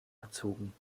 erzogen